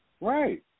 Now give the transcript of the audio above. Right